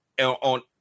on